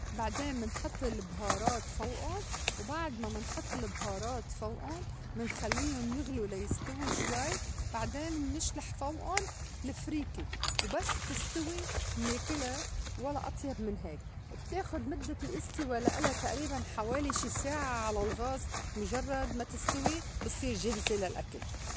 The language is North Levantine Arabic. بعدين منحط البهارات فوئُن وبعد ما منحط البهارات فوئُن منخلّيُن يغلو ليستو شوي بعدين منشلح فوئن الفريكة وبس تستوي منِاكلا ولا أطيب من هيك. بتاخد مدّة الإستوا لإلا تأريباً حوالي شي ساعة على الغاز مُجرّد ما تستوي بتصير جاهزة للأكل.